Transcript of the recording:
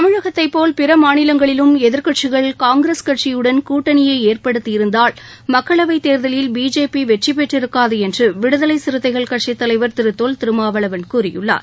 தமிழகத்தைப்போல் பிற மாநிலங்களிலும் எதிர்க்கட்சிகள் காங்கிரஸ் கட்சியுடன் கூட்டணியை ஏற்படுத்தியிருந்தால் மக்களவைத் தேர்தலில் பிஜேபி வெற்றி பெற்றிருக்காது என்று விடுதலை சிறுத்தைகள் கட்சித் தலைவர் திரு தொல் திருமாவளவன் கூறியுள்ளார்